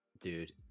dude